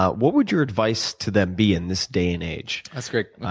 ah what would your advice to them be, in this day and age? that's great.